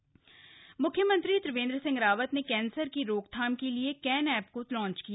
can app launch म्ख्यमंत्री त्रिवेन्द्र सिंह रावत ने cancer की रोकथाम के लिए कैन एप को लॉन्च किया